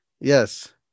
Yes